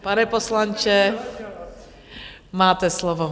Pane poslanče, máte slovo.